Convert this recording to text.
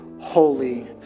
holy